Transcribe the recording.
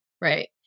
right